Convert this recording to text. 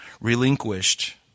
relinquished